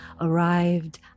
Arrived